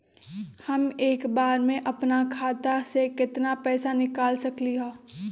हम एक बार में अपना खाता से केतना पैसा निकाल सकली ह?